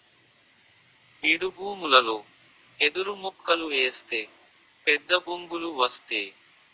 బీడుభూములలో ఎదురుమొక్కలు ఏస్తే పెద్దబొంగులు వస్తేయ్